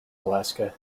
alaska